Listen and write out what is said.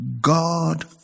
God